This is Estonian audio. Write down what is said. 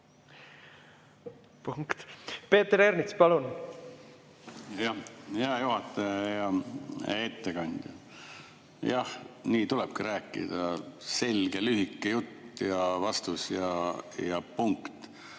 Peeter Ernits, palun! Hea juhataja! Hea ettekandja! Jah, nii tulebki rääkida: selge lühike jutt ja vastus ja punkt.